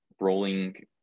rolling